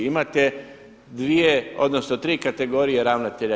Imate dvije odnosno tri kategorije ravnatelja.